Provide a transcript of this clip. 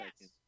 Yes